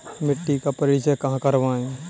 मिट्टी का परीक्षण कहाँ करवाएँ?